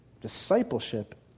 Discipleship